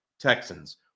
Texans